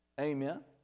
Amen